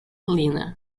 helena